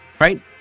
right